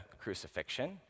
crucifixion